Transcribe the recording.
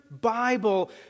Bible